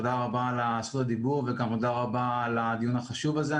תודה רבה על זכות הדיבור וגם תודה רבה על הדיון החשוב הזה.